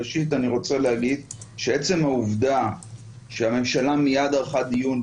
ראשית אני רוצה להגיד שעצם העובדה שהממשלה מיד ערכה דיון,